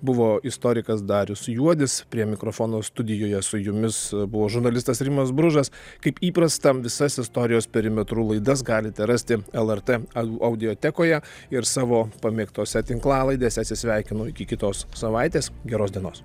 buvo istorikas darius juodis prie mikrofono studijoje su jumis buvo žurnalistas rimas bružas kaip įprasta visas istorijos perimetrų laidas galite rasti el er tė al audiotekoje ir savo pamėgtose tinklalaidėse atsisveikinu iki kitos savaitės geros dienos